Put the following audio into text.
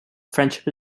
friendship